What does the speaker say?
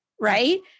right